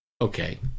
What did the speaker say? okay